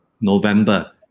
November